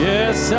Yes